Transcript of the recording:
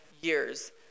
years